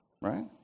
right